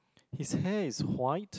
his hair is white